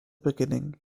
beginning